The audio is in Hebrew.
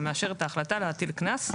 המאשרת את ההחלטה להטיל קנס,